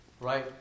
Right